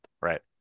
right